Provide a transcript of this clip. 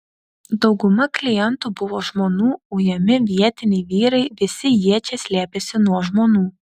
dauguma klientų buvo žmonų ujami vietiniai vyrai visi jie čia slėpėsi nuo žmonų